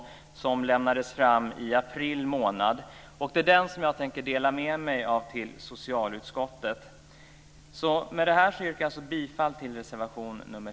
Utredningen lades fram i april månad. Det är den utredningen som jag tänker dela med mig av i socialutskottet. Med detta yrkar jag alltså bifall till reservation nr